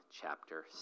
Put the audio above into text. chapter